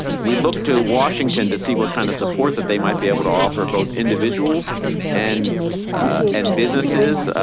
we look to washington to see what kind of support that they might be able to offer both individuals and and businesses.